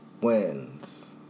wins